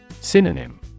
Synonym